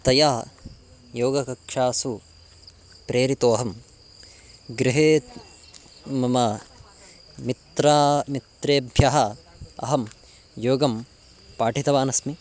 तया योगकक्षासु प्रेरितोहं गृहे मम मित्रं मित्रेभ्यः अहं योगं पाठितवान् अस्मि